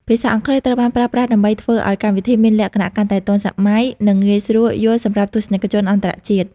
ភាសាអង់គ្លេសត្រូវបានប្រើប្រាស់ដើម្បីធ្វើឱ្យកម្មវិធីមានលក្ខណៈកាន់តែទាន់សម័យ និងងាយស្រួលយល់សម្រាប់ទស្សនិកជនអន្តរជាតិ។